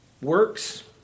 works